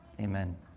amen